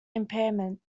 impairment